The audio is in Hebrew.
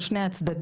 של שני הצדדים.